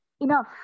enough